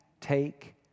take